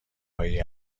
هایی